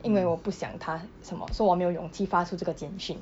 因为我不想他什么 so 我没有勇气发出这个坚信